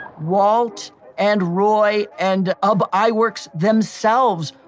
walt and roy and ub iwerks, themselves,